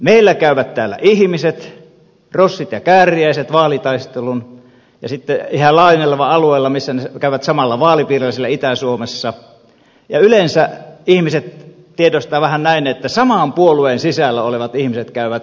meillä käyvät täällä ihmiset rossit ja kääriäiset vaalitaistelun käyvät yhä laajenevalla alueella siellä itä suomessa samassa vaalipiirissä ja yleensä ihmiset tiedostavat vähän näin että saman puolueen sisällä olevat ihmiset käyvät keskenään vaalitaistelua